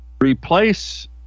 replace